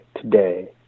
today